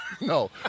No